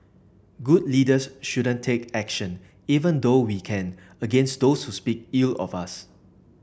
good leaders shouldn't take action even though we can against those who speak ill of us